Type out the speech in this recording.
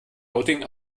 outing